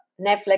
Netflix